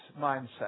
mindset